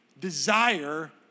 desire